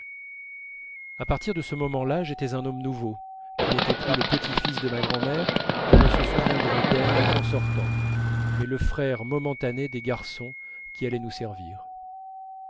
à partir de ce moment-là j'étais un homme nouveau qui n'était plus le petit-fils de ma grand'mère et ne se souviendrait d'elle qu'en sortant mais le frère momentané des garçons qui allaient nous servir